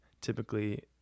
typically